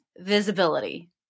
visibility